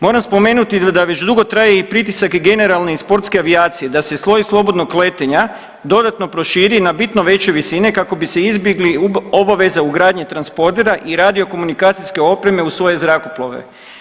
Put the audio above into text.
Moram spomenuti da već dugo traje i pritisak generalni sportske avijacije da se sloj slobodnog letenja dodatno proširi na bitno veće visine kako bi se izbjegli obaveze ugradnje tanspordera i radiokomunikacijske opreme u svoje zrakoplove.